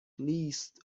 least